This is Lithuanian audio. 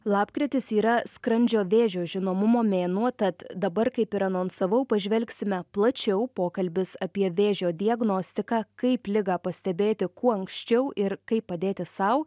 lapkritis yra skrandžio vėžio žinomumo mėnuo tad dabar kaip ir anonsavau pažvelgsime plačiau pokalbis apie vėžio diagnostiką kaip ligą pastebėti kuo anksčiau ir kaip padėti sau